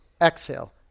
exhale